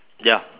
ya